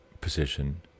position